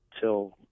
till